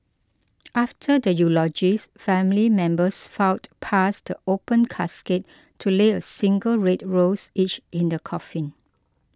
after the eulogies family members filed past the open casket to lay a single red rose each in the coffin